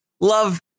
Love